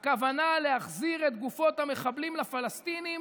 הכוונה להחזיר את גופות המחבלים לפלסטינים